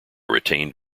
retained